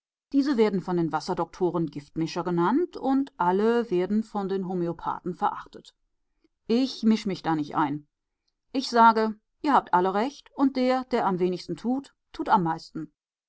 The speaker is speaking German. diese werden von den wasserdoktoren giftmischer genannt und alle werden von den homöopathen verachtet ich misch mich da nicht ein ich sage ihr habt alle recht und der der am wenigsten tut tut am meisten